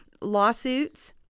Lawsuits